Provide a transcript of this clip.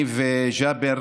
אני וג'אבר